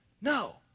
No